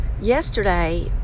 yesterday